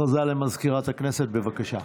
בבקשה.